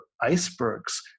icebergs